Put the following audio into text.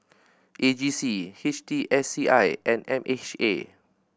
A G C H T S C I and M H A